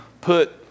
put